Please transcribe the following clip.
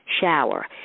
Shower